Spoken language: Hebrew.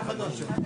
בבקשה.